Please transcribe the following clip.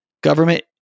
Government